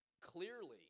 Clearly